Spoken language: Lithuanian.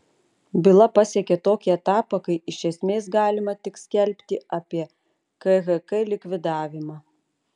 byla pasiekė tokį etapą kai iš esmės galima tik skelbti apie khk likvidavimą